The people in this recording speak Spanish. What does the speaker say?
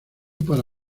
para